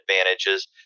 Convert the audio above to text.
advantages